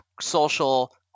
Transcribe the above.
social